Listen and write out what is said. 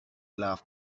love